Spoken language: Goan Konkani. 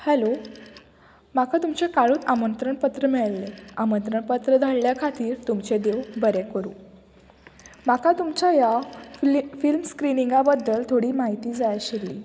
हॅलो म्हाका तुमचे काळूत आमंत्रण पत्र मेळ्ळें आमंत्र पत्र धाडिल्या खातीर तुमचें देव बरें करूं म्हाका तुमच्या ह्या फिली फिल्म स्क्रिनिंगा बद्दल थोडी म्हायती जाय आशिल्ली